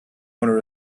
owner